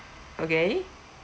okay